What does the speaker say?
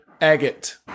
agate